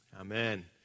Amen